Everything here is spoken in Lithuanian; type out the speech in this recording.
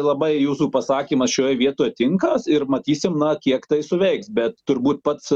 labai jūsų pasakymas šioje vietoje tinka ir matysim na kiek tai suveiks bet turbūt pats